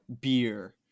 beer